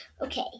Okay